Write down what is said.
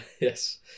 Yes